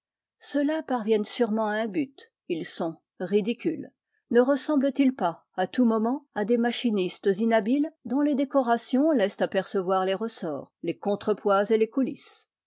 ceux-là parviennent sûrement à un but ils sont ridicules ne ressemblent ils pas à tout moment à des machinistes inhabiles dont les décorations laissent apercevoir les ressorts les contre-poids et les coulisses